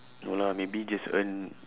no lah maybe just earn